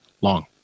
long